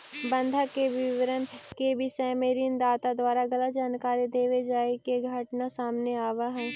बंधक के विवरण के विषय में ऋण दाता द्वारा गलत जानकारी देवे जाए के घटना सामने आवऽ हइ